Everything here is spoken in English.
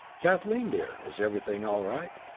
kathleen, dear, is everything all right?